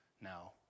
now